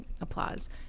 applause